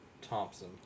Thompson